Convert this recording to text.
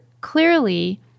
Clearly